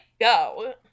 go